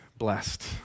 blessed